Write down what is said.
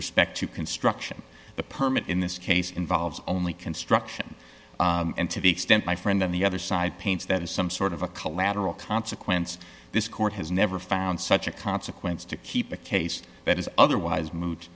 respect to construction the permit in this case involves only construction and to the extent my friend on the other side pains that is some sort of a collateral consequence this court has never found such a consequence to keep the case that is otherwise